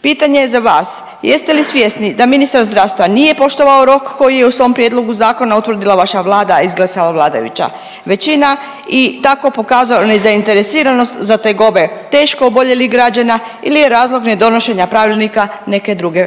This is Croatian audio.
Pitanje je za vas, jeste li svjesni da ministar zdravstva nije poštovao rok koji je u svom prijedlogu zakona utvrdila vaša Vlada, a izglasala vladajuća većina i tako pokazao nezainteresiranost za tegobe teško oboljelih građana ili je razlog nedonošenja pravilnika neke druge